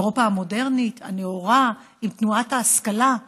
באירופה המודרנית, הנאורה, עם תנועת ההשכלה,